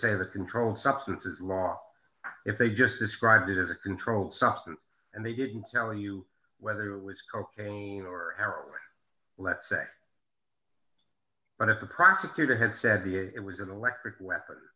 the controlled substances law if they just describe it as a controlled substance and they didn't tell you whether it was cocaine or heroin let's say but if the prosecutor had said the it was an electric weapon